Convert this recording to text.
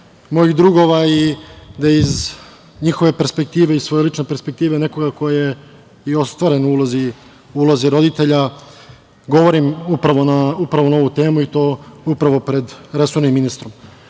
mojih drugova i da iz njihove perspektive i svoje lične perspektive nekome ko je i ostvaren u ulozi roditelja govorim upravo na ovu temu i to upravo pred resornim ministrom.U